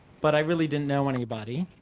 but i really didn't know anybody.